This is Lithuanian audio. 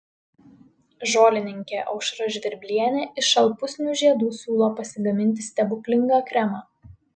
žolininkė aušra žvirblienė iš šalpusnių žiedų siūlo pasigaminti stebuklingą kremą